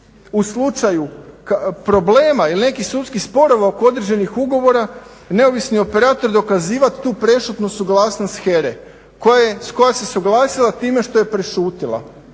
u slučaju problema ili nekih sudskih sporova oko određenih ugovora neovisni operator dokazivat tu prešutnu suglasnost HERA-e koja se suglasila time što je prešutjela?